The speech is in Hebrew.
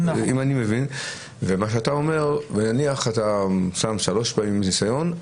ומה שאתה אומר נניח שאתה שם שלוש פעמים ניסיון.